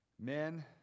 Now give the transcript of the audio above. Men